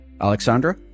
Alexandra